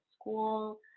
school